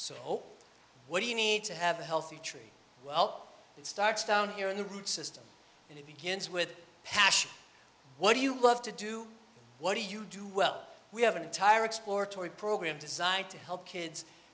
so what do you need to have a healthy tree well it starts down here in the root system and it begins with passion what do you love to do what do you do well we have an entire exploratory program designed to help kids